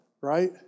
right